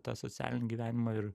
tą socialinį gyvenimą ir